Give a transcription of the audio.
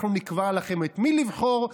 אנחנו נקבע לכם את מי לבחור,